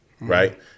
right